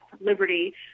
liberty